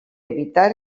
evitar